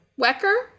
Wecker